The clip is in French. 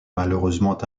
malheureusement